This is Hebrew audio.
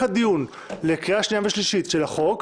הדיון לקריאה שנייה ושלישית של החוק,